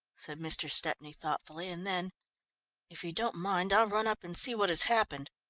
said mr. stepney thoughtfully, and then if you don't mind, i'll run up and see what has happened.